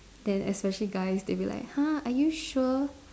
then especially guys they'll be like !huh! are you sure